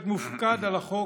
להיות מופקד על החוק,